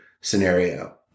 scenario